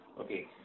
Okay